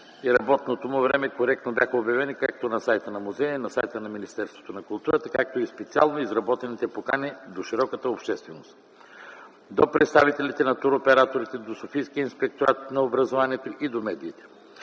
и работното му време коректно бяха обявени както на сайта на музея, така и на сайта на Министерството на културата, а също и на специално изработените покани до широката общественост, до представителите на тур-операторите, до Софийския инспекторат по образование и до медиите.